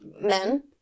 men